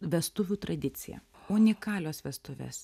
vestuvių tradicija unikalios vestuvės